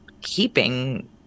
keeping